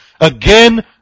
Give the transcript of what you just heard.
again